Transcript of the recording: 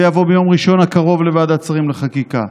זה יבוא ביום ראשון הקרוב לוועדת שרים לחקיקה.